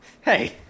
Hey